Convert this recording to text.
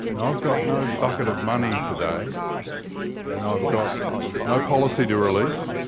i've got no bucket of money today and i've got no policy to release,